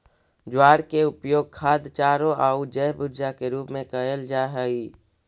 ज्वार के उपयोग खाद्य चारों आउ जैव ऊर्जा के रूप में कयल जा हई